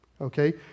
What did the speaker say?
okay